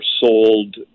sold